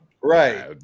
right